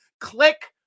Click